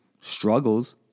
struggles